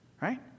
Right